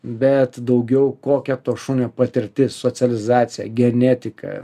bet daugiau kokia to šunio patirtis socializacija genetika